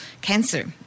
cancer